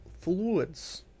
fluids